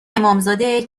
امامزاده